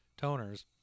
toners